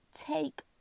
take